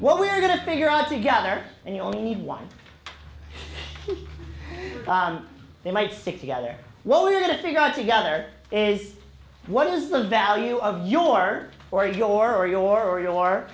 what we're going to figure out together and you only need one they might stick together well if we got together is what is the value of your or your or your or your